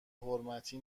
حرمتی